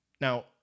Now